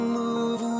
move